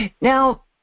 Now